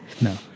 no